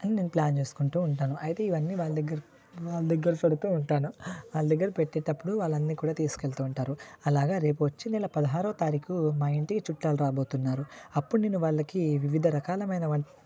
అని నేను ప్లాన్ చేసుకుంటు ఉంటాను అయితే ఇవన్నీ వాళ్ళ దగ్గర వాళ్ళ దగ్గర పెడుతు ఉంటాను వాళ్ళ దగ్గర పెట్టినప్పుడు వాళ్ళని కూడా తీసుకెళ్తుంటారు అలాగా రేపు వచ్చే నెల పదహారవ తారీకు మా ఇంటి చుట్టాలు రాబోతున్నారు అప్పుడు నేను వాళ్ళకి వివిధ రకాలైన వంటలు